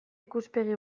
ikuspegi